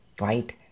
right